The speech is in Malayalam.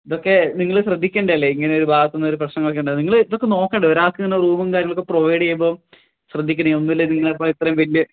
ഇതൊക്കെ നിങ്ങള് ശ്രദ്ധിക്കേണ്ടതല്ലേ ഇങ്ങനെ ഒരു ഭാഗത്തുനിന്നൊരു പ്രശ്നങ്ങളൊക്കെ ഉണ്ടായിരുന്നു നിങ്ങള് ഇതൊക്കെ നോക്കണ്ടേ ഒരാള്ക്കുള്ള റൂമും കാര്യങ്ങളുമൊക്കെ പ്രൊവൈഡെയ്യുമ്പോള് ശ്രദ്ധിക്കിനി ഒന്നുല്ലേലും നിങ്ങളെ പോലെ ഇത്രയും വലിയ